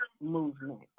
movement